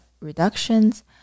reductions